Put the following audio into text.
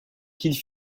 qu’il